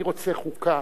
אני רוצה חוקה,